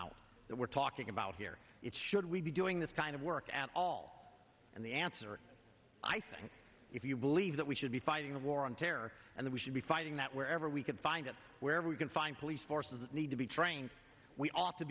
that we're talking about here it should we be doing this kind of work at all and the answer i think if you believe that we should be fighting the war on terror and that we should be fighting that wherever we can find out where we can find police forces that need to be trained we ought to